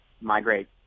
migrate